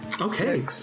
Okay